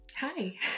Hi